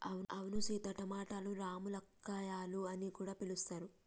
అవును సీత టమాటలను రామ్ములక్కాయాలు అని కూడా పిలుస్తారు